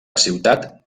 ciutat